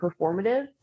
performative